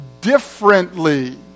differently